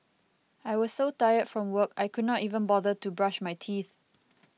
I was so tired from work I could not even bother to brush my teeth